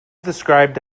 described